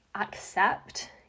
accept